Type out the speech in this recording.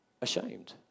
ashamed